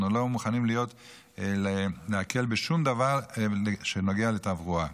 אנחנו לא מוכנים להקל בשום דבר שנוגע לתברואה.